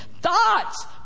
Thoughts